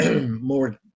more